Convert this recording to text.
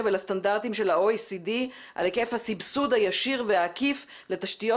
ולסטנדרטים של ה-OECD על היקף הסבסוד הישיר והעקיף לתשתיות